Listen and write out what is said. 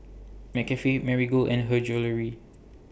McCafe Marigold and Her Jewellery